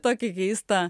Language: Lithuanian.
tokia keista